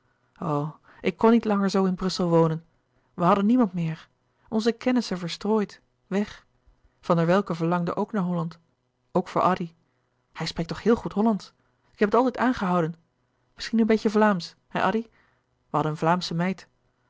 ik kon niet langer zoo in brussel wonen we hadden niemand meer onze kennissen verstrooid weg van der welcke verlangde ook naar holland ook voor addy hij spreekt toch heel goed hollandsch ik heb het altijd aangehouden misschien een beetje vlaamsch hè addy wij hadden een vlaamsche meid